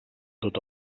tot